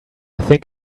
think